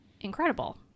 incredible